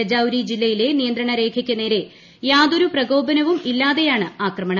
രജൌരി ജില്ലയിലെ നിയന്ത്രണ രേഖയ്ക്ക് നേരെ യാതൊരു പ്രകോപനവും ഇല്ലാതെയാണ് ആക്രമണം